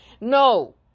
no